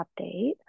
update